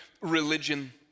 religion